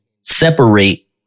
separate